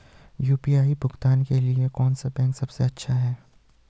UPI भुगतान के लिए कौन सा बैंक सबसे अच्छा है?